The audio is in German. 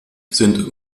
sind